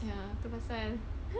ya tu pasal